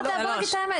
בואו נגיד את האמת.